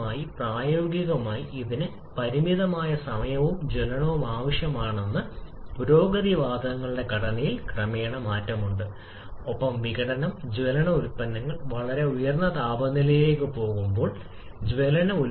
പ്രവചിച്ച ഏറ്റവും ഉയർന്ന സമ്മർദ്ദവും താപനിലയും പോയിന്റ് 3 ന് അനുയോജ്യമായ അനുയോജ്യമായ ചക്രം വളരെ ദൂരെയാണ് അപ്പോൾ ഇത് പ്രവചിക്കുന്നത് പോയിന്റ് 3 നൽകിയ നിർദ്ദിഷ്ട താപത്തിന്റെ പ്രഭാവം കണക്കിലെടുത്ത് ഇന്ധന വായു ചക്രം